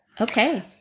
Okay